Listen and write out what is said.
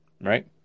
right